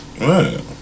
Right